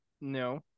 No